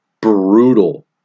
brutal